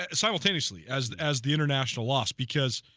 at southeasterly as the as the international loss because